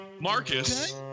Marcus